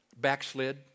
backslid